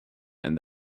and